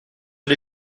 les